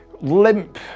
limp